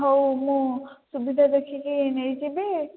ହଉ ମୁଁ ସୁବିଧା ଦେଖିକି ନେଇଯିବି